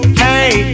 hey